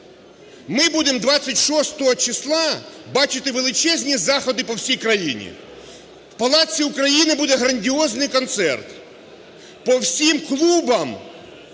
Ми будемо 26 числа бачити величезні заходи по всій країні. В палаці "Україна" буде грандіозний концерт, по всім клубам,